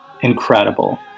incredible